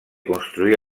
construir